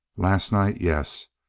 last night yes.